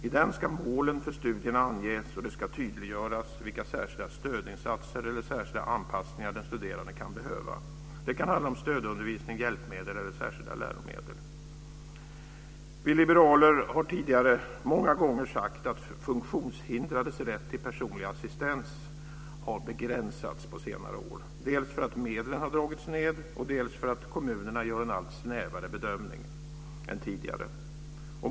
I den ska målen för studierna anges, och det ska tydliggöras vilka särskilda stödinsatser eller särskilda anpassningar som den studerande kan behöva. Det kan handla om stödundervisning, hjälpmedel eller särskilda läromedel. Vi liberaler har tidigare många gånger sagt att funktionshindrades rätt till personlig assistans har begränsats på senare år, dels för att medlen har dragits ned, dels för att kommunerna gör en snävare bedömning än tidigare.